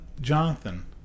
Jonathan